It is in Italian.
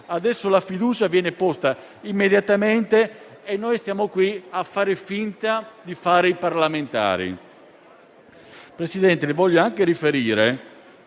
Adesso la fiducia viene posta immediatamente e noi siamo qui a fare finta di fare i parlamentari. Signor Presidente, come ho detto